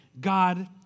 God